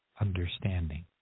understanding